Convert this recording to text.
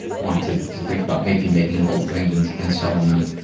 want to to think about maybe making little things and and selling them.